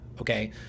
okay